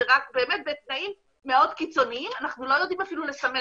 זה רק בתנאים מאוד קיצוניים ואנחנו אפילו לא יודעים לסמן